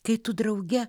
kai tu drauge